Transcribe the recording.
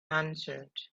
answered